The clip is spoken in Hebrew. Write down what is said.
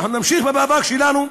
נמשיך במאבק שלנו,